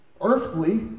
earthly